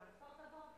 אבל כפר-תבור כן.